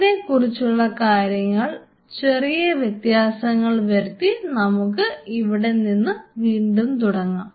അതിനെ കുറിച്ചുള്ള കാര്യങ്ങൾ ചെറിയ വ്യത്യാസങ്ങൾ വരുത്തി നമുക്ക് ഇവിടെ നിന്ന് വീണ്ടും തുടങ്ങാം